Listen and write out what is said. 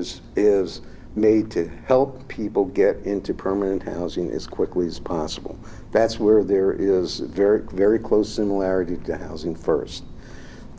is is made to help people get into permanent housing is quickly as possible that's where there is a very very close similarity to housing first